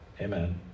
amen